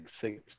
six